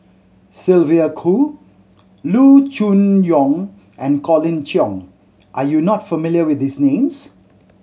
Sylvia Kho Loo Choon Yong and Colin Cheong are you not familiar with these names